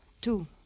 two